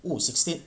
oh six eight